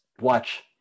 watch